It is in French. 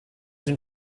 une